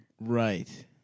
Right